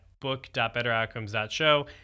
book.betteroutcomes.show